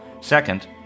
Second